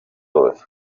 bose